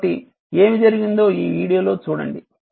కాబట్టి ఏమి జరిగిందో ఈ వీడియో లో చూడండి